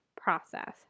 process